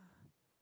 <S?